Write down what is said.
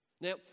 Now